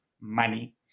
money